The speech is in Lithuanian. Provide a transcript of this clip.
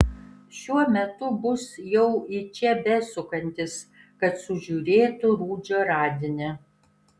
šiuo metu bus jau į čia besukantis kad sužiūrėtų rudžio radinį